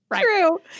true